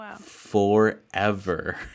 forever